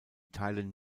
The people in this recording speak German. teilen